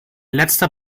letzter